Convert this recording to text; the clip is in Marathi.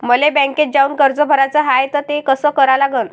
मले बँकेत जाऊन कर्ज भराच हाय त ते कस करा लागन?